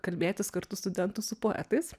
kalbėtis kartu studentus su poetais